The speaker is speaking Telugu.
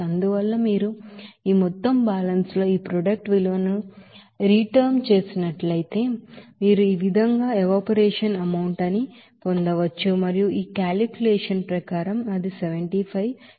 అందువల్ల మీరు ఈ మొత్తం బ్యాలెన్స్ లో ఈ ప్రొడక్ట్ విలువను సబ్స్టిట్యూట్ చేసినట్లయితే మీరు ఈ విధంగా ఎవాపరేషన్ అమౌంట్ ని మీరు పొందవచ్చు మరియు ఈ కాలిక్యులేషన్ ప్రకారం అది 75 కిలోలు